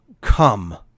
Come